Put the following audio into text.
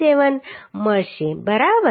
57 મળશે બરાબર